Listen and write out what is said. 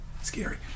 scary